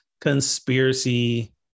conspiracy